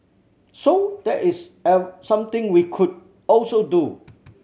so there is something we could also do